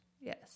Yes